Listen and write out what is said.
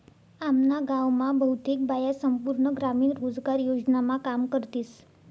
आम्ना गाव मा बहुतेक बाया संपूर्ण ग्रामीण रोजगार योजनामा काम करतीस